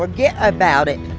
but yeah about it!